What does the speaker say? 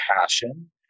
passion